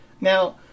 Now